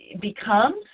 becomes